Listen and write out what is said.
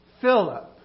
Philip